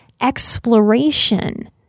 exploration